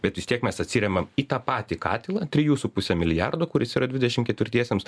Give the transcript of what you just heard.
bet vis tiek mes atsiremiam į tą patį katilą trijų su puse milijardo kuris yra dvidešimt ketvirtiesiems